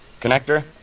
connector